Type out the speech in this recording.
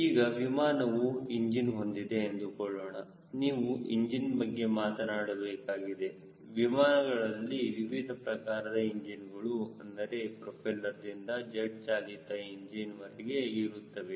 ಈಗ ವಿಮಾನವು ಇಂಜಿನ್ ಹೊಂದಿದೆ ಎಂದುಕೊಳ್ಳೋಣ ನೀವು ಇಂಜಿನ್ ಬಗ್ಗೆ ಮಾತನಾಡಬೇಕಾಗಿದೆ ವಿಮಾನಗಳಲ್ಲಿ ವಿವಿಧ ಪ್ರಕಾರದ ಇಂಜಿನ್ ಗಳು ಅಂದರೆ ಪ್ರೊಪೆಲ್ಲರ್ ದಿಂದ ಜೆಟ್ ಚಾಲಿತ ಇಂಜಿನ್ ವರೆಗೆ ಇರುತ್ತವೆ